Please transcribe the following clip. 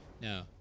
no